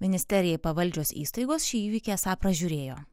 ministerijai pavaldžios įstaigos šį įvykį esą pražiūrėjo